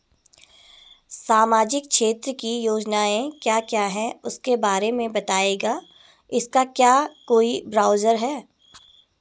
सामाजिक क्षेत्र की योजनाएँ क्या क्या हैं उसके बारे में बताएँगे इसका क्या कोई ब्राउज़र है?